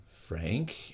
Frank